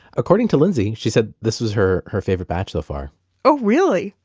according to lindsey, she said this was her her favorite batch so far oh, really?